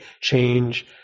change